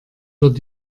wird